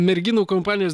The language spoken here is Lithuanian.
merginų kompanijos